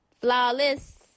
flawless